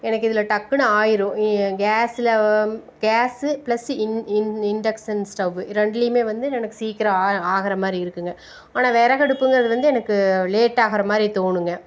எனக்கு இதில் டக்குன்னு ஆகிரும் கேஸில் gas plus in in induction stove இது ரெண்டுலேயுமே வந்து எனக்கு சீக்கிரம் ஆ ஆகுறமாதிரி இருக்குதுங்க ஆனால் விறகடுப்புங்கறது வந்து எனக்கு லேட்டா ஆகுறமாதிரி தோணுங்க